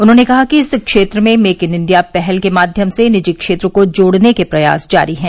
उन्होंने कहा कि इस क्षेत्र में मेक इन इंडिया पहल के माध्यम से निजी क्षेत्र को जोड़ने के प्रयास जारी हैं